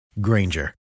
Granger